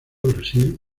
brasil